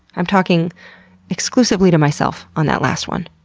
i am talking exclusively to myself on that last one.